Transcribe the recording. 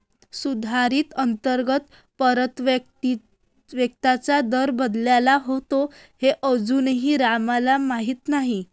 सुधारित अंतर्गत परताव्याचा दर बदलला आहे हे अजूनही रामला माहीत नाही